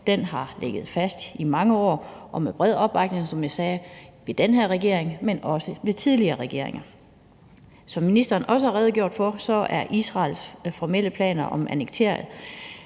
sag har ligget fast i mange år og har haft bred opbakning, som jeg sagde, og det er både under den her regering, men også under tidligere regeringer. Som ministeren også har redegjort for, er Israels formelle planer om annektering